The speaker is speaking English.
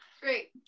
Great